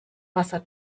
wasser